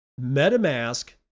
MetaMask